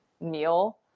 meal